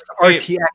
RTX